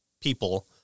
people